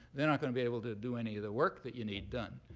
they're not going to be able to do any of the work that you need done.